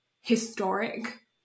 historic